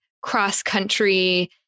cross-country